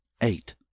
eight